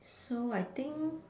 so I think